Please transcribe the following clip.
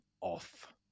off